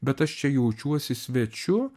bet aš čia jaučiuosi svečiu